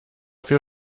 für